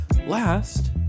last